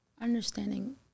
understanding